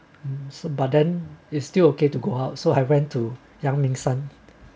but then is still okay to go out so I went to 阳明山